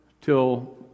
till